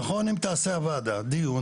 נכון אם תעשה הוועדה דיון,